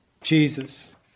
Jesus